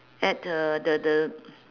add the the the